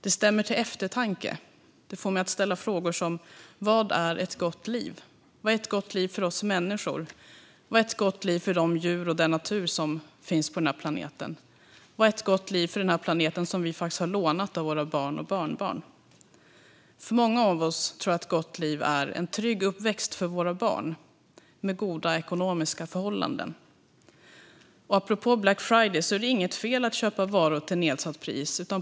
Det stämmer till eftertanke och får mig att ställa frågor som: Vad är ett gott liv? Vad är ett gott liv för oss människor? Vad är ett gott liv för de djur och den natur som finns på den här planeten? Vad är ett gott liv för den planet som vi har lånat av våra barn och barnbarn? För många av oss tror jag att ett gott liv är en trygg uppväxt för våra barn, med goda ekonomiska förhållanden. Apropå Black Friday är det inget fel att köpa varor till nedsatt pris.